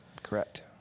Correct